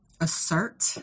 assert